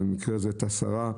במקרה הזה את השרה,